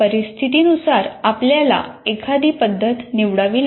परिस्थितीनुसार आपल्याला एखादी पद्धत निवडावी लागते